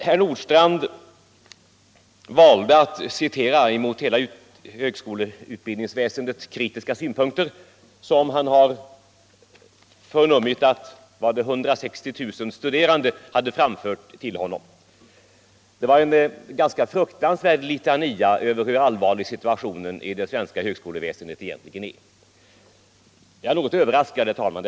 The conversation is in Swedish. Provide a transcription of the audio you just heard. Herr Nordstrandh valde att citera mot hela högskoleväsendet kritiska synpunkter, som han förnummit att, som jag uppfattade det, 160 000 studerande hade framfört till honom. Det var en ganska fruktansvärd litania över hur allvarlig situationen i det svenska högskoleväsendet egentligen är. Jag är något överraskad, herr talman.